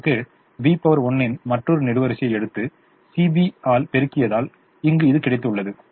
நமக்கு B 1 இன் மற்றொரு நெடுவரிசையை எடுத்து CB ஆல் பெருக்கியதால் இங்கு இது கிடைத்துள்ளது